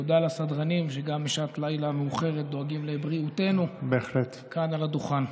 תודה לסדרנים שגם בשעת לילה מאוחרת דואגים לבריאותנו כאן על הדוכן.